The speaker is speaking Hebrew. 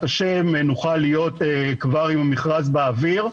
השם נוכל להיות כבר עם המכרז באוויר.